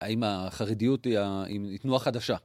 האם החרדיות היא תנועה חדשה